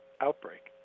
outbreak